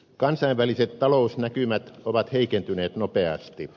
kansainväliset talousnäkymät ovat heikentyneet nopeasti